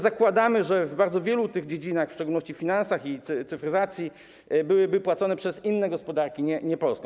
Zakładamy, że w bardzo wielu tych dziedzinach, w szczególności finansach i cyfryzacji, byłyby płacone przez inne gospodarki, a nie polską.